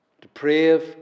Depraved